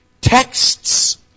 Texts